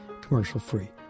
commercial-free